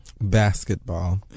basketball